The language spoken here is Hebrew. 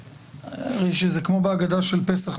זה כמו בהגדה של פסח,